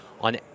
on